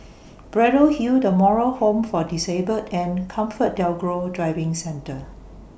Braddell Hill The Moral Home For Disabled and ComfortDelGro Driving Centre